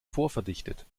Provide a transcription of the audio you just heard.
vorverdichtet